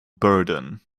burden